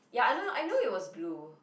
ya I know I know it was blue